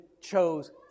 chose